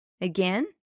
Again